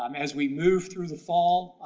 um as we move through the fall,